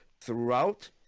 throughout